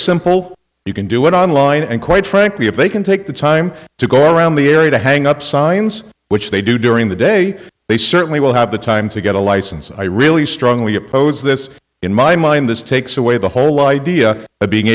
simple you can do it online and quite frankly if they can take the time to go around the area to hang up signs which they do during the day they certainly will have the time to get a license i really strongly oppose this in my mind this takes away the whole idea of being